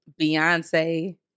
beyonce